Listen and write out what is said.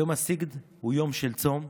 יום הסגד הוא יום של צום,